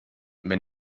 wenn